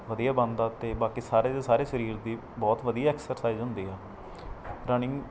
ਵਧੀਆ ਬਣਦਾ ਅਤੇ ਬਾਕੀ ਸਾਰੇ ਦੇ ਸਾਰੇ ਸਰੀਰ ਦੀ ਬਹੁਤ ਵਧੀਆ ਐਕਸਰਸਾਈਜ ਹੁੰਦੀ ਆ ਰਨਿੰਗ